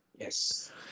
Yes